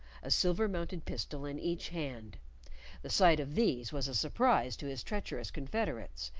a silver-mounted pistol in each hand the sight of these was a surprise to his treacherous confederates,